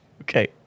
Okay